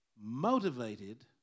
Motivated